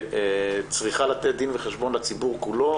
צריכה לתת דיון וחשבון לציבור כולו,